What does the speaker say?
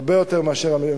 הרבה יותר מהמתוכנן,